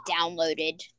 downloaded